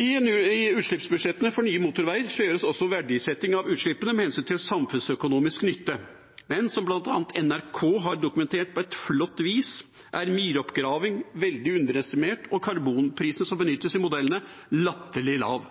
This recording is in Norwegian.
I utslippsbudsjettene for nye motorveier gjøres også verdisetting av utslippene med hensyn til samfunnsøkonomisk nytte. Men som bl.a. NRK har dokumentert på et flott vis, er myroppgraving veldig underestimert og karbonprisene som benyttes i modellene, latterlig lave,